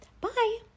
Bye